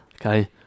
okay